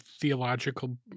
theological